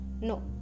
No